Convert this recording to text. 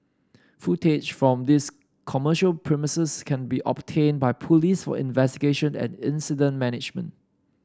footage from these commercial premises can be obtained by police for investigation and incident management